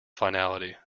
finality